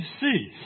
see